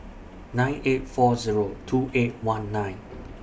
nine eight four Zero two eight one nine